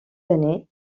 années